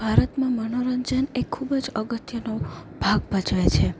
ભારતમાં મનોરંજન એ ખૂબ જ અગત્યનો ભાગ ભજવે છે